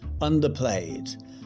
underplayed